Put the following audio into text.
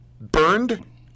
Burned